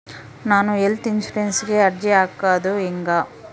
ನಾನು ಹೆಲ್ತ್ ಇನ್ಸುರೆನ್ಸಿಗೆ ಅರ್ಜಿ ಹಾಕದು ಹೆಂಗ?